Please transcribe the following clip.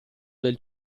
del